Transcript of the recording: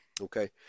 okay